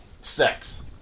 sex